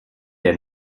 der